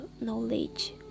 knowledge